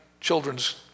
children's